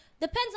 depends